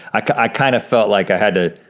i kind i kind of felt like i had to,